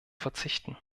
verzichten